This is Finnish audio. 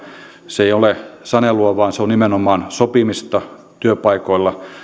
se ei ole sanelua vaan se on nimenomaan sopimista työpaikoilla